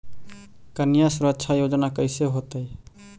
कन्या सुरक्षा योजना कैसे होतै?